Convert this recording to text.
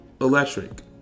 electric